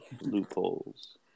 Loopholes